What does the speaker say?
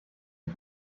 die